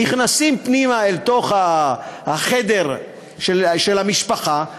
נכנסים פנימה אל תוך החדר של המשפחה,